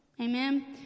amen